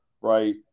right